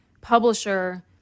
publisher